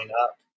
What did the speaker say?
up